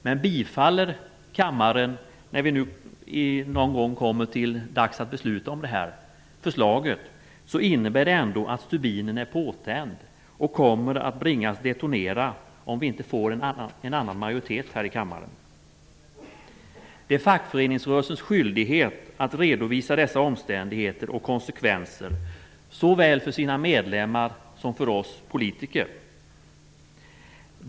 Men bifaller kammaren det här förslaget, om vi någon gång kommer fram till att besluta om det, innebär det ändå att stubinen är påtänd och att bomben kommer bringas att detonera, om inte vi får en annan majoritet i denna kammare. Det är fackföreningsrörelsens skyldighet att redovisa dessa omständigheter och konsekvenser, såväl för sina medlemmar som för oss politiker.